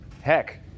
Heck